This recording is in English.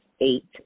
eight